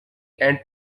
and